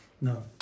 no